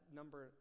number